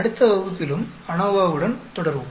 அடுத்த வகுப்பிலும் அநோவாவுடன் தொடருவோம்